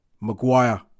Maguire